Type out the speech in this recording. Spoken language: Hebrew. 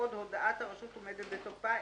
התוספות